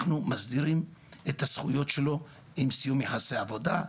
אנחנו מסדירים את הזכויות שלו עם סיום יחסי עבודה.